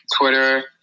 Twitter